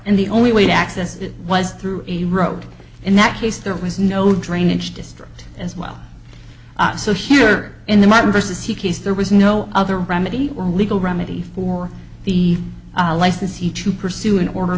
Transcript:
and the only way to access it was through a road in that case there was no drainage district as well so here in the martin versus he case there was no other remedy or legal remedy for the licensee to pursue in order